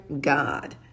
God